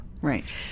Right